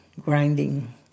grinding